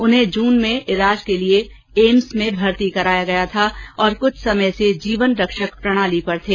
उन्हें जून में इलाज के लिए एम्स में भर्ती कराया गया था और कुछ समय से जीवन रक्षक प्रणाली पर थे